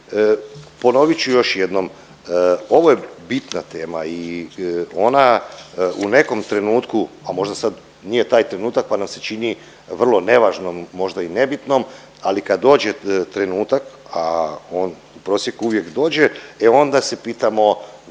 ponovit ću još jednom, ovo je bitna tema i ona u nekom trenutku, a možda sad nije taj trenutak pa nam se čini vrlo nevažnom, možda i nebitnom, ali kad dođe trenutak, a on u prosjeku uvijek dođe, e onda se pitamo